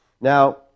Now